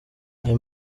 ayo